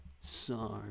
Sorry